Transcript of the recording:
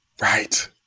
Right